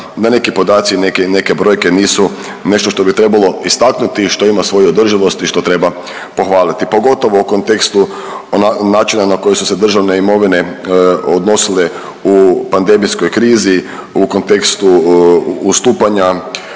da neki podaci i neke, neke brojke nisu nešto što bi trebalo istaknuti i što ima svoju održivost i što treba pohvaliti. Pogotovo u kontekstu načina na koji su se Državne imovine odnosile u pandemijskoj krizi u kontekstu ustupanja